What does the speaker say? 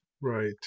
Right